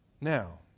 Now